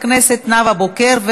עברה בקריאה הראשונה,